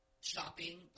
shopping